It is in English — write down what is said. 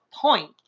point